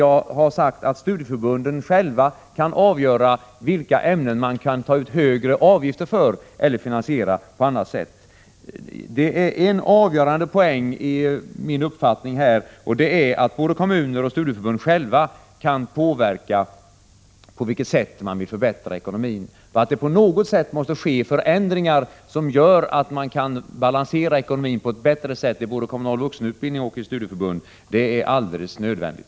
Jag har däremot sagt att studieförbunden själva kan avgöra vilka ämnen man kan ta ut högre avgifter för eller finansiera på annat sätt. En avgörande poäng i min uppfattning är att både kommuner och studieförbund själva kan påverka på vilket sätt man vill förbättra ekonomin. På något sätt måste det ske förändringar som gör att man kan balansera ekonomin på ett bättre sätt såväl i kommunal vuxenutbildning som i studieförbunden. Det är helt nödvändigt.